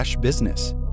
business